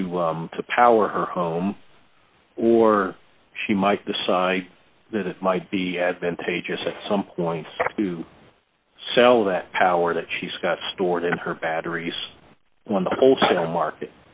grid to power her home or she might decide that it might be advantageous at some point to sell that power that she's got stored in her batteries when the wholesale market